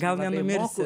gal nenumirsi